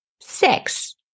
Six